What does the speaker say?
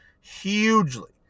hugely